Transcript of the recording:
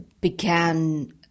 began